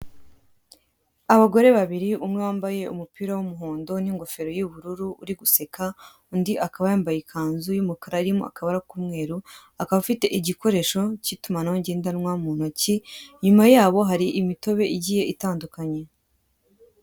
Abagore babiri umwe wambaye umupira w'umuhondo n'ingofero y'ubururu uri guseka undi akaba yambaye ikanzu y'umukara irimo akabara k'umweru ,akaba afite igikoresho cy'itumanaho ngendanwa mu ntoki inyuma yabo hari imitobe igiye itandukanye.